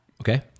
Okay